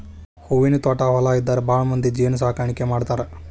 ಹೂವಿನ ತ್ವಾಟಾ ಹೊಲಾ ಇದ್ದಾರ ಭಾಳಮಂದಿ ಜೇನ ಸಾಕಾಣಿಕೆ ಮಾಡ್ತಾರ